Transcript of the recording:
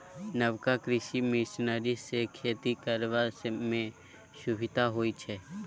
नबका कृषि मशीनरी सँ खेती करबा मे सुभिता होइ छै